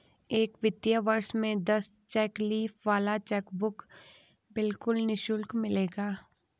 एक वित्तीय वर्ष में दस चेक लीफ वाला चेकबुक बिल्कुल निशुल्क मिलेगा